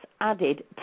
added